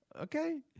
Okay